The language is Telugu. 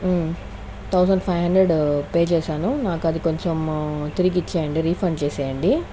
థౌసండ్ ఫైవ్ హండ్రెడ్ పే చేసాను నాకు అది కొంచెం తిరిగి ఇచ్చేయండి రిఫండ్ చేసేయండి